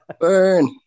Burn